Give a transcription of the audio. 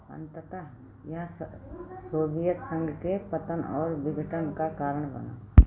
अंततः यह सोवियत संघ के पतन और विघटन का कारण बना